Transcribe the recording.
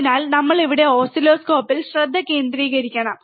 അതിനാൽനമ്മൾ ഇവിടെ ഓസിലോസ്കോപ്പിൽ ശ്രദ്ധ കേന്ദ്രീകരിക്കണം